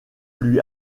lui